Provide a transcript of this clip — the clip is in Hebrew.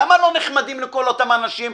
למה לא נחמדים לכל אותם אנשים?